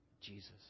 Jesus